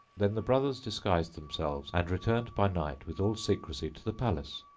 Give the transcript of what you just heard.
then the brothers disguised themselves and returned by night with all secrecy to the palace,